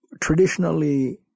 Traditionally